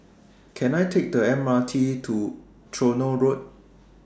Can I Take The M R T to Tronoh Road